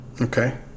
okay